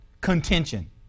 Contention